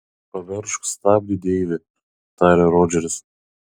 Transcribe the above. paveržk stabdį deivi tarė rodžeris